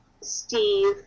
Steve